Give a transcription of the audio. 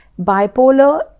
Bipolar